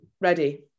ready